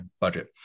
budget